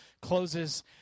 closes